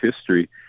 history